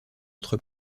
autre